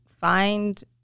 find